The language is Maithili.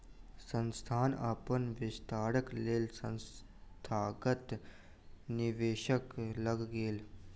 संस्थान अपन विस्तारक लेल संस्थागत निवेशक लग गेल